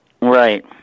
Right